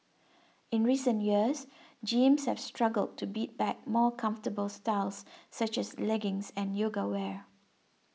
in recent years jeans have struggled to beat back more comfortable styles such as leggings and yoga wear